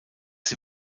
sie